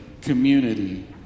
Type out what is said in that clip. community